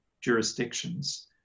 jurisdictions